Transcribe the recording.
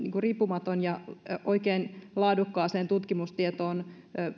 riippumaton ja oikein laadukkaaseen tutkimustietoon